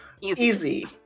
Easy